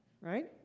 Right